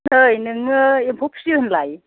नै नोङो एम्फौ फिसियो होनलाय